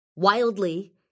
Wildly